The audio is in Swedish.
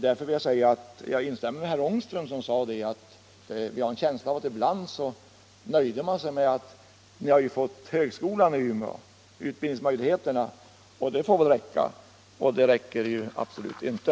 Därför vill jag säga att jag instämmer med herr Ångström när han säger att han har en känsla av att man ibland nöjt sig med det som var och sagt: Ni har ju fått högskolan i Umeå, och de utbildnings möjligheterna får väl räcka! — Det räcker absolut inte!